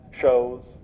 shows